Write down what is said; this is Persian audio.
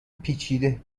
پیچیده